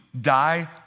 die